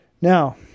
Now